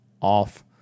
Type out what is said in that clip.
off